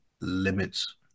limits